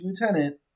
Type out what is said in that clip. lieutenant